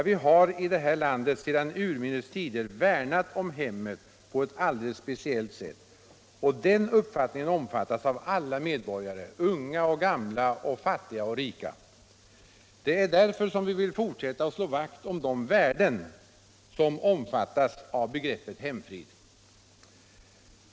Vi har i det här landet sedan urminnes tider värnat om hemmet på ett alldeles speciellt sätt, och den uppfattningen omfattas av alla medborgare — unga och gamla, fattiga och rika. Det är därför som vi vill fortsätta att slå vakt om de värden som omfattas av begreppet hemfrid.